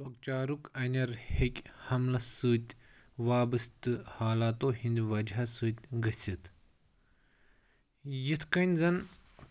لۄکچارُک اَنٮ۪ر ہیٚکہِ حَملس سۭتۍ وابستہٕ حالاتو ہِنٛدۍ وَجہ سۭتۍ گٔژھِتھ یِتھ کَنۍ زن